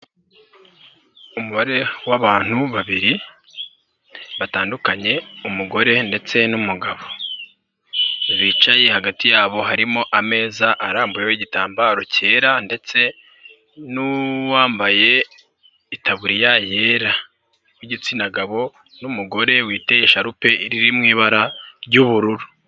Umubare w'abantu babiri, batandukanye, umugore ndetse n'umugabo, bicaye hagati yabo harimo ameza arambuyeho igitambaro cyera ndetse n'uwambaye itaburiya yera w'igitsina gabo n'umugore witeye isharupe riri mu ibara ry'ubururu.